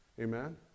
Amen